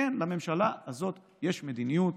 כן, לממשלה הזאת יש מדיניות.